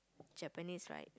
Japanese right